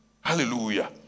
Hallelujah